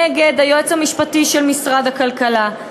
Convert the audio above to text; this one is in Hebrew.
נגד היועץ המשפטי של משרד הכלכלה.